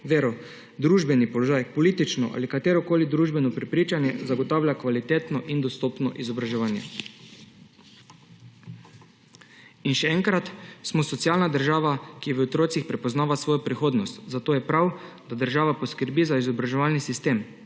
vero, družbeni položaj, politično ali katerokoli družbeno prepričanje zagotavlja kvalitetno in dostopno izobraževanje. In še enkrat, smo socialna država, ki v otrocih prepoznava svojo prihodnost, zato je prav, da država poskrbi za izobraževalni sistem,